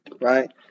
right